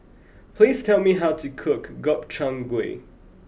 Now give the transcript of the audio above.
please tell me how to cook Gobchang Gui